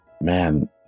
man